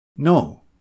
No